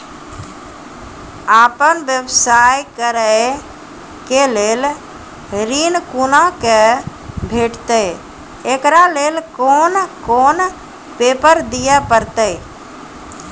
आपन व्यवसाय करै के लेल ऋण कुना के भेंटते एकरा लेल कौन कौन पेपर दिए परतै?